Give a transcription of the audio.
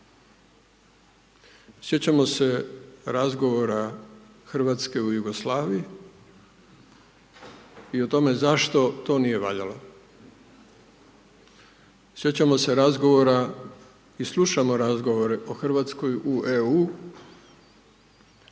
Sjećamo se razgovora Hrvatske u Jugoslaviji i o tome zašto to nije valjalo. Sjećamo se razgovora i slušamo razgovore o Hrvatskoj u EU,